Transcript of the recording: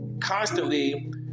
constantly